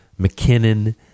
McKinnon